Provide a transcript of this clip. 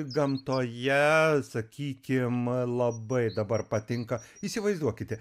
gamtoje sakykim labai dabar patinka įsivaizduokite